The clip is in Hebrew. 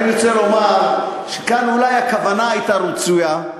אני רק רוצה לומר שכאן אולי הכוונה הייתה רצויה,